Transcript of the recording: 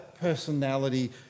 personality